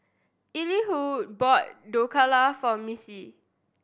Elihu bought Dhokla for Missy